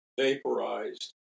vaporized